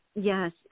Yes